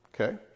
okay